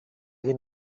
hin